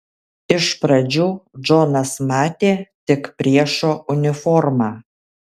iš pradžių džonas matė tik priešo uniformą